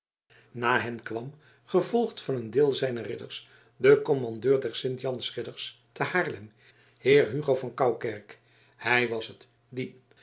na hen kwam gevolgd van een deel zijner ridders de commandeur der sint jans ridders te haarlem heer hugo van koukerk hij was het die